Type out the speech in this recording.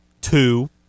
two